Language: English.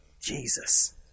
Jesus